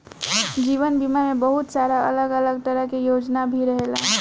जीवन बीमा में बहुत सारा अलग अलग तरह के योजना भी रहेला